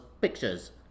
pictures